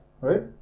right